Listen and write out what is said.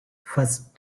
first